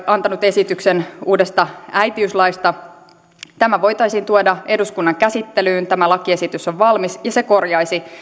antanut esityksen uudesta äitiyslaista tämä voitaisiin tuoda eduskunnan käsittelyyn tämä lakiesitys on valmis ja se korjaisi